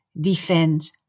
defend